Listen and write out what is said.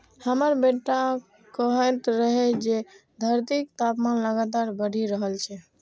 हमर बेटा कहैत रहै जे धरतीक तापमान लगातार बढ़ि रहल छै